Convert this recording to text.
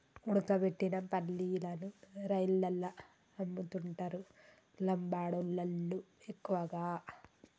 ఉడకబెట్టిన పల్లీలను రైలల్ల అమ్ముతుంటరు లంబాడోళ్ళళ్లు ఎక్కువగా